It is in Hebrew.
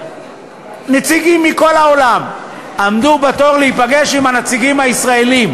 נציגים מכל העולם עמדו בתור להיפגש עם הנציגים הישראלים,